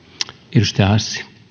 arvoisa